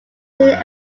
then